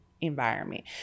environment